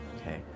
Okay